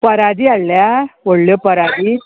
परादी हाडल्या व्हडल्यो परादी